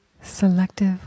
Selective